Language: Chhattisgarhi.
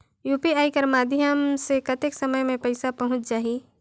यू.पी.आई कर माध्यम से कतेक समय मे पइसा पहुंच जाहि?